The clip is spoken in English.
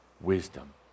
wisdom